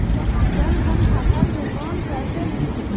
जन धन खाता से लोन कैसे मिली?